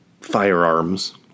firearms